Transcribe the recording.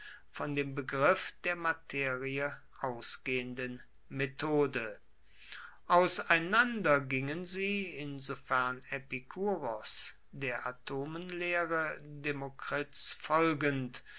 von dem begriff der materie ausgehenden methode auseinander gingen sie insofern epikuros der atomenlehre demokrits folgend